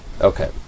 Okay